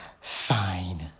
Fine